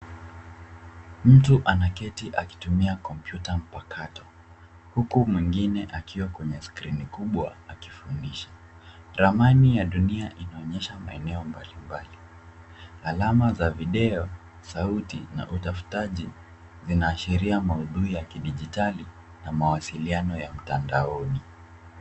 Mtu anaketi akitumia komyputa mpakato, huku mwingine akiwa kwenye skrini kubwa akifundisha. Ramani ya dunia inaonyesha maeneo mbalimbali. Alama za video, sauti na utafutaji zinaashiria maudhui ya kidijitali na mawasiliano ya mtandaoni.